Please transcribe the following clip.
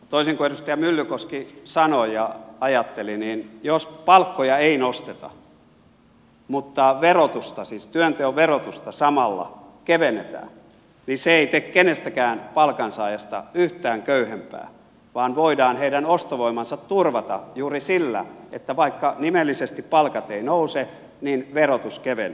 toisin kuin edustaja myllykoski sanoi ja ajatteli niin jos palkkoja ei nosteta mutta työnteon verotusta samalla kevennetään niin se ei tee kenestäkään palkansaajasta yhtään köyhempää vaan voidaan heidän ostovoimansa turvata juuri sillä että vaikka nimellisesti palkat eivät nouse niin verotus kevenee